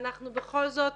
ואנחנו בכל זאת